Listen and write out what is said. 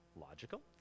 Logical